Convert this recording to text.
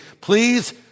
Please